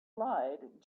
lied